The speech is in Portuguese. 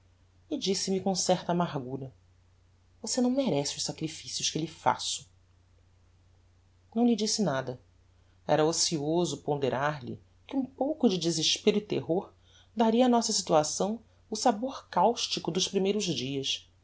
e disse-me com certa amargura você não merece os sacrifícios que lhe faço não lhe disse nada era ocioso ponderar lhe que um pouco de desespero e terror daria á nossa situação o sabor caustico dos primeiros dias